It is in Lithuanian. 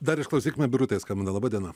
dar išklausykime birutė skambina laba diena